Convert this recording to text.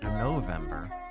November